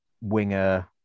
winger